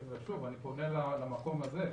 ושוב אני פונה למקום הזה,